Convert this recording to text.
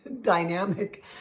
Dynamic